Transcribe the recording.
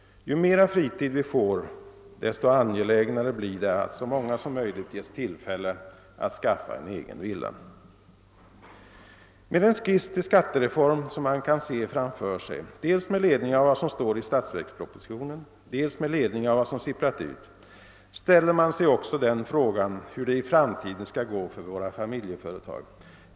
Ju mera fritid vi får, desto angelägnare blir det att så många som möjligt ges tillfälle att skaffa en egen villa. Med den skiss till skattereform som man kan se framför sig, dels med ledning av vad som står i statsverkspropositionen, dels med ledning av vad som sipprat ut, ställer man sig också frågan hur det i framtiden skall gå för våra familjeföretag.